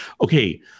Okay